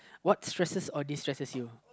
what stresses or distresses you